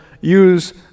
use